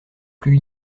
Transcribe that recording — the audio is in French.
plus